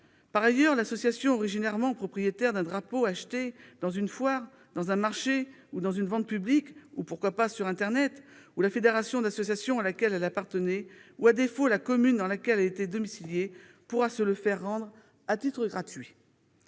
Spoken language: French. Par ailleurs, l'association originellement propriétaire d'un drapeau vendu dans une foire, sur un marché ou à l'occasion d'une vente publique, voire sur internet, la fédération d'associations à laquelle elle appartenait ou, à défaut, la commune dans laquelle elle était domiciliée, pourra se le faire rendre à titre gratuit.